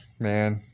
Man